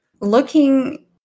Looking